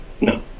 no